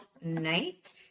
night